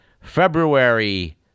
February